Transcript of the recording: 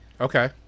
Okay